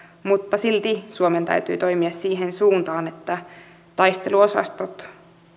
mutta silti suomen täytyy toimia siihen suuntaan että taisteluosastot